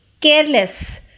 careless